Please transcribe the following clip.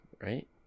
right